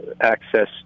access